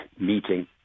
meeting